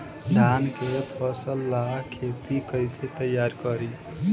धान के फ़सल ला खेती कइसे तैयार करी?